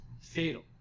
fatal